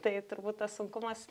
tai turbūt tas sunkumas